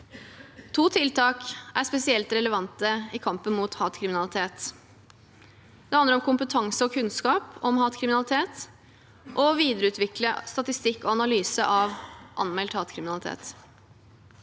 To tiltak er spesielt relevante i kampen mot hatkriminalitet, og de handler om kompetanse og kunnskap om hatkriminalitet og å videreutvikle statistikk og analyse av anmeldt hatkriminalitet.